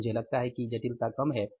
फिर मुझे लगता है कि जटिलता कम है